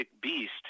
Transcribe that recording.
beast